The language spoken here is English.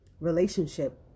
relationship